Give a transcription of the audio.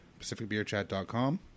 pacificbeerchat.com